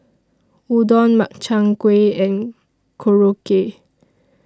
Udon Makchang Gui and Korokke